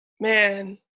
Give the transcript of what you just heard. man